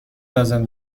لازم